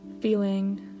Feeling